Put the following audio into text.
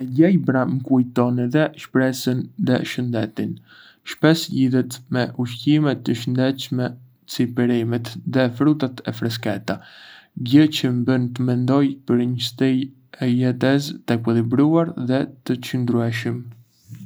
E gjelbra më kujton shpresën dhe shëndetin. Shpesh lidhet me ushqime të shëndetshme si perimet dhe frutat e freskëta, gjë çë më bën të mendoj për një stil jetese të ekuilibruar dhe të çëndrueshëm.